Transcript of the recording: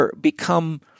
become